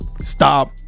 stop